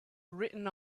written